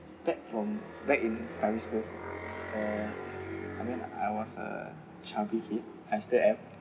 back from back in primary school school and I mean I was a chubby kid as there as